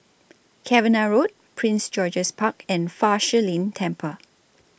Cavenagh Road Prince George's Park and Fa Shi Lin Temple